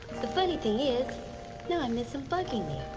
the funny thing is now i miss him bugging